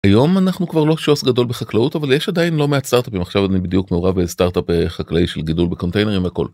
היום אנחנו כבר לא שוס גדול בחקלאות אבל יש עדיין לא מעט עכשיו אני בדיוק מעורב בסטארטאפ החקלאי של גידול בקונטיינרים הכל.